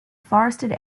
forested